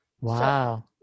Wow